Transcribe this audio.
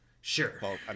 Sure